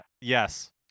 Yes